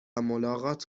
ملاقات